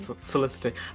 Felicity